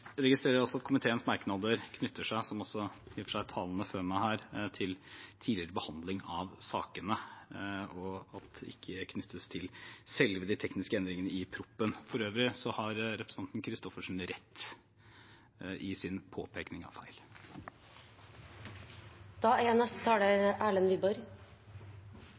at komiteens merknader knytter seg – i og for seg også som talene før meg her – til tidligere behandling av sakene og ikke til selve de tekniske endringene i proposisjonen. For øvrig har representanten Christoffersen rett i sin påpekning av feil.